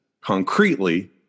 concretely